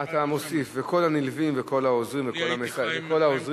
אתה מוסיף, וכל הנלווים וכל העוזרים וכל המסייעים,